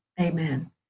Amen